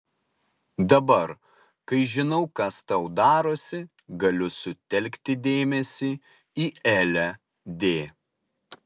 dabar kai žinau kas tau darosi galiu sutelkti dėmesį į elę d